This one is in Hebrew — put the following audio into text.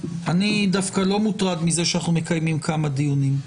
אני דווקא לא מוטרד מזה שאנחנו מקיימים כמה דיונים.